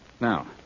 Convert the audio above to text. Now